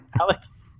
Alex